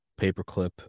paperclip